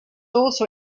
also